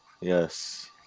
Yes